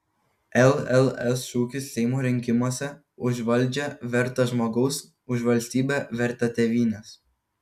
lls šūkis seimo rinkimuose už valdžią vertą žmogaus už valstybę vertą tėvynės